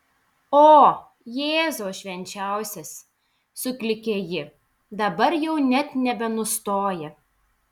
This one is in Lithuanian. o jėzau švenčiausias suklykė ji dabar jau net nebenustoja